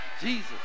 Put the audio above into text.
Jesus